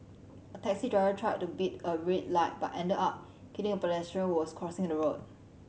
a taxi driver tried to beat a red light but ended up killing a pedestrian who was crossing the road